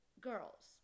girls